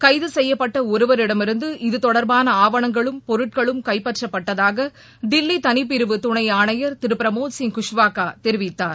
கைது செய்யப்பட்ட ஒருவரிடமிருந்து இது தொடர்பான ஆவணங்களும் பொருட்களும் கைப்பற்றப்பட்டதாக தில்லி தனிப் பிரிவு துணை ஆணையர் திரு பிரமோத் சிங் குஷ்வாகா தெரிவித்தார்